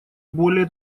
более